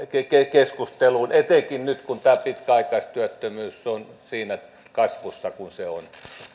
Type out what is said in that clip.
keskusteluun etenkin nyt kun tämä pitkäaikaistyöttömyys on siinä kasvussa kuin se on